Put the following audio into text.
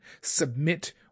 submit